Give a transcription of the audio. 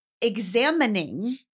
examining